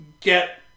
get